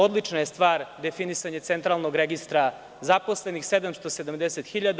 Odlična je stvar definisanje centralnog registra zaposlenih 770 hiljada.